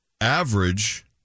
average